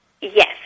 Yes